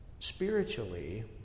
Spiritually